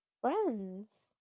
friends